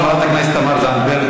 חברת הכנסת תמר זנדברג.